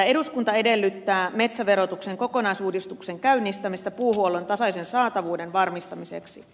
eduskunta edellyttää metsäverotuksen kokonaisuudistuksen käynnistämistä puuhuollon tasaisen saatavuuden varmistamiseksi